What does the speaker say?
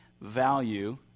value